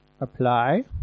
Apply